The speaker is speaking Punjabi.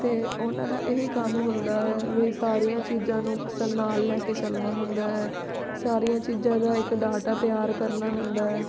ਅਤੇ ਉਹਨਾਂ ਦਾ ਇਹ ਹੀ ਕੰਮ ਹੁੰਦਾ ਹੈ ਵੀ ਸਾਰੀਆਂ ਚੀਜ਼ਾਂ ਨੂੰ ਅਕਸਰ ਨਾਲ ਲੈ ਕੇ ਚੱਲਣਾ ਹੁੰਦਾ ਹੈ ਸਾਰੀਆਂ ਚੀਜ਼ਾਂ ਦਾ ਇੱਕ ਡਾਟਾ ਤਿਆਰ ਕਰਨਾ ਹੁੰਦਾ ਹੈ